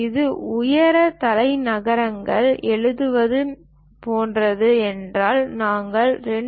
இது உயர தலைநகரங்களை எழுதுவது போன்றது என்றால் நாங்கள் 2